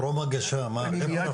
טרום הגשה, מה?